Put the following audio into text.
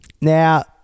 Now